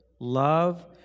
Love